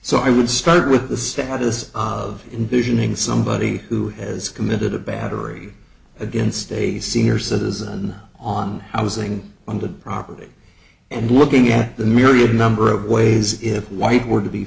so i would start with the status of in visioning somebody who has committed a battery against a senior citizen on housing on the property and looking at the myriad number of ways if white were to be